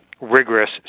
rigorous